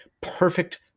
perfect